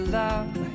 love